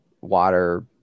water